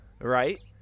right